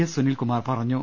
S Sunilkumar പറഞ്ഞു